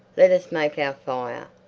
let us make our fire.